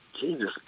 Jesus